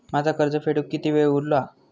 माझा कर्ज फेडुक किती वेळ उरलो हा?